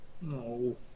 no